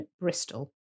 Bristol